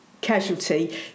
casualty